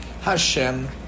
Hashem